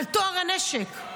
על טוהר הנשק,